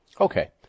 Okay